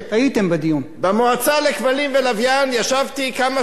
במועצה לכבלים ולוויין ישבתי כמה שעות בדיון